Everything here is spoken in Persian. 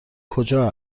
کجا